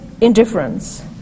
indifference